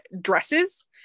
dresses